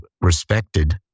respected